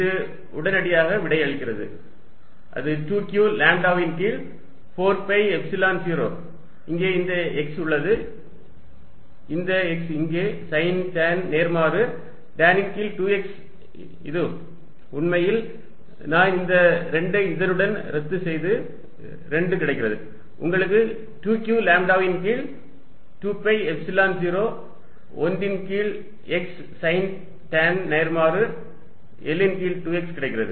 இது உடனடியாக விடையளிக்கிறது அது 2 q லாம்ப்டாவின் கீழ் 4 பை எப்சிலன் 0 அங்கே இந்த x உள்ளது இந்த x இங்கே சைன் டான் நேர்மாறு L ன் கீழ் 2x அது உண்மையில் நான் இந்த 2 ஐ இதனுடன் ரத்து செய்து 2 கிடைத்து உங்களுக்கு 2 q லாம்ப்டாவின் கீழ் 2 பை எப்சிலன் 0 1 ன் கீழ் x சைன் டான் நேர்மாறு L ன் கீழ் 2x கிடைக்கிறது